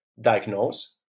diagnose